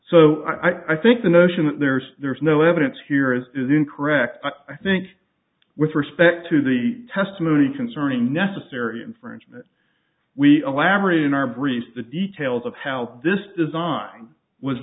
so i think the notion that there's there is no evidence here is incorrect i think with respect to the testimony concerning necessary infringement we elaborate in our briefs the details of how this design was